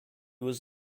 was